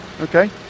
okay